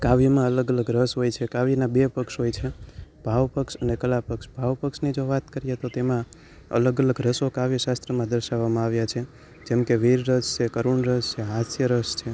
કાવ્યમાં અલગ અલગ રસ હોય છે કાવ્યના બે પક્ષ હોય છે ભાવ પક્ષ અને કલા પક્ષ ભાવ પક્ષની જો વાત કરીએ તો તેમાં અલગ અલગ રસો કાવ્ય શાસ્ત્રમાં દર્શાવવામાં આવ્યા છે જેમકે વીર રસ છે કરુણ રસ છે હાસ્ય રસ છે